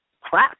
crap